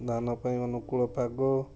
ଧାନ ପାଇଁ ଅନୁକୂଳ ପାଗ